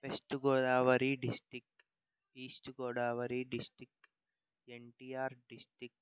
west Godavari district east Godavari district NTR district